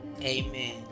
Amen